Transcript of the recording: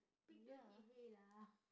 pig don't eat hay lah